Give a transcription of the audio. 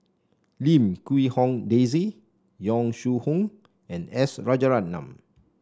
Lim Quee Hong Daisy Yong Shu Hoong and S Rajaratnam